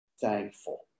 thankful